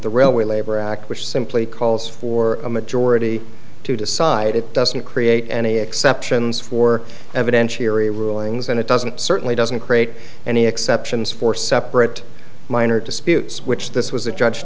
simply calls for a majority to decide it doesn't create any exceptions for evidentiary rulings and it doesn't certainly doesn't create any exceptions for separate minor disputes which this was a judge